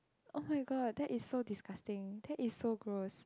oh-my-god that is so disgusting that is so gross